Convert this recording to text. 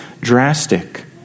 drastic